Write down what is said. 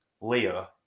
Leo